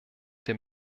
dem